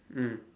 mm